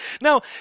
Now